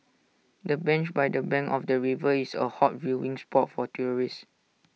the bench by the bank of the river is A hot viewing spot for tourists